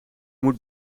moet